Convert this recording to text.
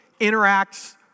interacts